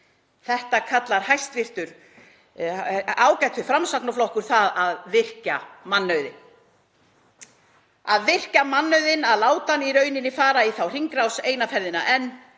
Þetta kallar ágætur Framsóknarflokkur að virkja mannauðinn. Að virkja mannauðinn, láta hann í rauninni fara í þá hringrás eina ferðina enn